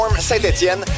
Saint-Étienne